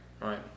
right